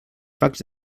fax